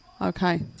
Okay